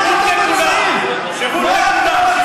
אולי נשמע ממך,